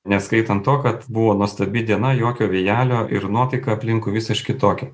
neskaitant to kad buvo nuostabi diena jokio vėjelio ir nuotaika aplinkui visiškai kitokia